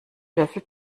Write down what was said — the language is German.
löffel